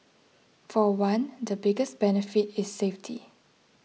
for one the biggest benefit is safety